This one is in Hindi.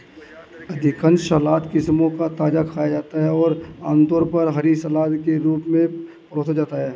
अधिकांश सलाद किस्मों को ताजा खाया जाता है और आमतौर पर हरी सलाद के रूप में परोसा जाता है